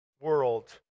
world